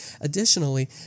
Additionally